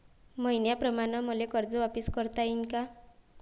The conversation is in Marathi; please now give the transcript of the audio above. मईन्याप्रमाणं मले कर्ज वापिस करता येईन का?